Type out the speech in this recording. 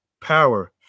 Power